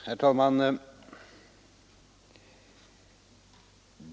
Herr talman!